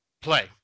play